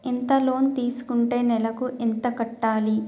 ఎంత లోన్ తీసుకుంటే నెలకు ఎంత కట్టాలి?